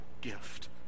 gift